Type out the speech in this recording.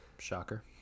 Shocker